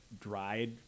dried